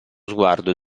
sguardo